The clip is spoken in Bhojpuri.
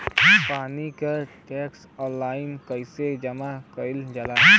पानी क टैक्स ऑनलाइन कईसे जमा कईल जाला?